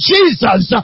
Jesus